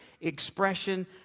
expression